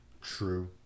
True